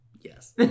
Yes